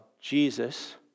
Jesus